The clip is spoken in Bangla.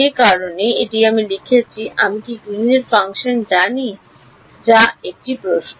যে কারণে এটি আমি লিখেছি আমি কি গ্রিনের ফাংশনGreens function জানি যা একটি প্রশ্ন